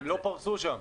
הם לא פרסו שם.